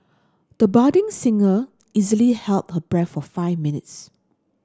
the budding singer easily held her breath for five minutes